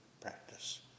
practice